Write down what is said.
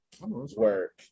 Work